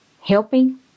helping